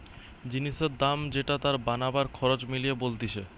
জিনিসের দাম যেটা তার বানাবার খরচ মিলিয়ে বলতিছে